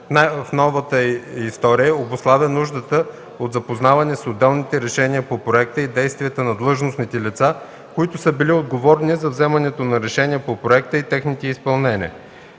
най-новата й история обуславя нуждата от запознаване с отделните решения по проекта, с действията на длъжностните лица, които са били отговорни за вземането на решения по проекта, и техните изпълнения.